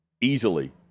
easily